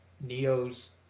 Neo's